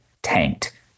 tanked